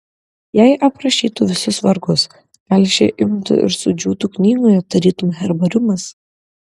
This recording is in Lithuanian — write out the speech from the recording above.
jei aprašytų visus vargus gal šie imtų ir sudžiūtų knygoje tarytum herbariumas